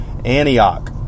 Antioch